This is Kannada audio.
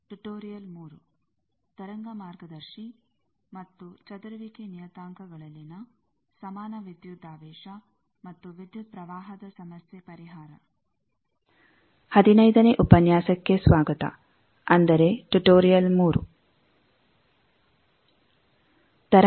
ಗದರ್ಶಿ ಮತ್ತು ಚದುರುವಿಕೆ ನಿಯತಾಂಕಗಳಲ್ಲಿನ ಸಮಾನ ವಿದ್ಯುದಾವೇಶ ಮತ್ತು ವಿದ್ಯುತ್ ಪ್ರವಾಹದ ಸಮಸ್ಯೆ ಪರಿಹಾರ 15ನೇ ಉಪನ್ಯಾಸಕ್ಕೆ ಸ್ವಾಗತ ಅಂದರೆ ಟುಟೋರಿಯಲ್ 3